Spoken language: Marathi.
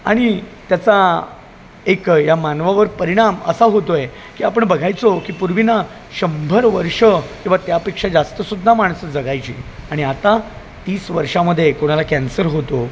आणि त्याचा एक या मानवावर परिणाम असा होतो आहे की आपण बघायचो की पूर्वी ना शंभर वर्षं किंवा त्यापेक्षा जास्त सुद्धा माणसं जगायची आणि आता तीस वर्षामध्ये कोणाला कॅन्सर होतो